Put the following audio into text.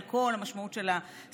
על כל המשמעות של הסכסוך,